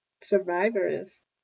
survivors